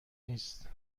نیست